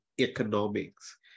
economics